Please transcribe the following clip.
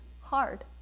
hard